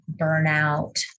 burnout